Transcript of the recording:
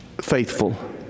faithful